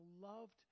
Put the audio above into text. loved